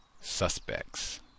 suspects